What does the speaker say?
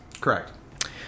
Correct